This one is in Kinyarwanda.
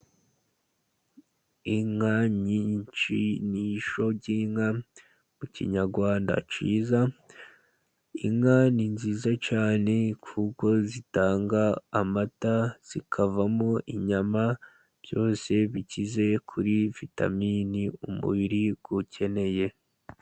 Inka nyinshi, ishyo ry'inka mu kinyarwanda cyiza. Inka ni nziza cyane ku kuko zitanga amata, zikavamo inyama byose bikize kuri vitamini umubiri ukeneye.